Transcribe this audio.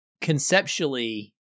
conceptually